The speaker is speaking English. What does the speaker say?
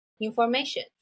information